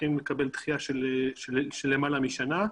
צריכים לקבל דחייה של למעלה משנה.